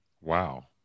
wow